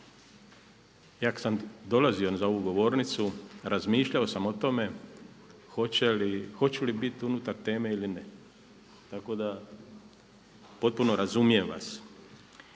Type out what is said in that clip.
kada sam dolazio za ovu govornicu razmišljao sam o tome hoću li biti unutar teme ili ne, tako da potpuno razumijem vas.